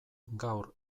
gaur